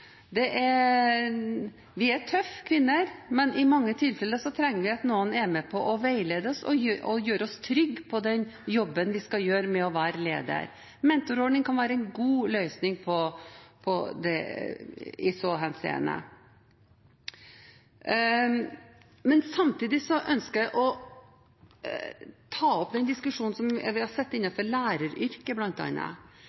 er tøffe, men i mange tilfeller trenger vi at noen kan veilede oss og gjøre oss trygge på den jobben vi skal gjøre som leder. En mentorordning kan være en god løsning i så henseende. Samtidig ønsker jeg å ta opp den diskusjonen som vi har sett